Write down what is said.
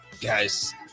Guys